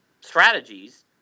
strategies